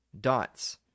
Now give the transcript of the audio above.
Dots